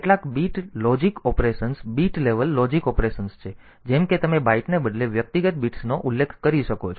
કેટલાક bit logic operations bit level logic operations છે જેમ કે તમે બાઈટને બદલે વ્યક્તિગત બિટ્સનો ઉલ્લેખ કરી શકો છો